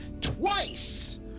twice